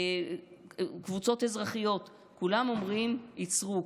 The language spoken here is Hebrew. קבוצות אזרחיות, כולם אומרים: עצרו.